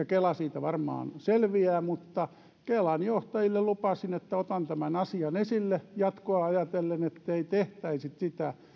kela siitä varmaan selviää mutta kelan johtajille lupasin että otan tämän asian esille jatkoa ajatellen ettei tehtäisi sitä